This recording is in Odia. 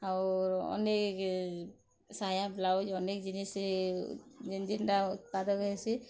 ଆଉ ଅନେକ ଶାୟା ବ୍ଲାଉଜ୍ ଅନେକ ଜିନିଷ୍ ଯେନ୍ ଯେନ୍ଟା ଉତ୍ପାଦକ ହେସି